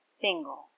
single